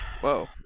Whoa